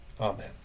Amen